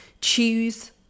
choose